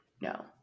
no